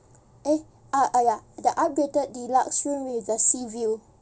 eh uh oh ya thee upgraded deluxe room with the sea view